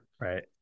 Right